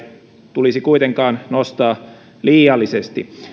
tulisi kuitenkaan nostaa liiallisesti